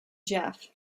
jeff